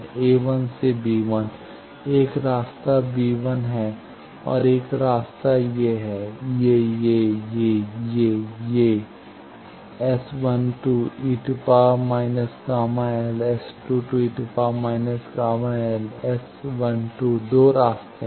तो a1 से b1 एक रास्ता b1 है एक और रास्ता ये है ये ये ये ये ये S 12 ⋅ e−γl ⋅ S 22 ⋅ e−γl⋅ S 12 दो रास्ते हैं